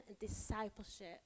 discipleship